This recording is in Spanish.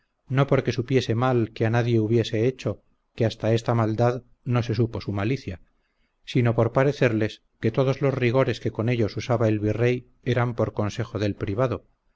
no porque supiese mal que a nadie hubiese hecho que hasta esta maldad no se supo su malicia sino por parecerles que todos los rigores que con ellos usaba el virrey eran por consejo del privado